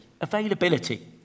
Availability